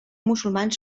musulmans